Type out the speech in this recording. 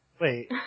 Wait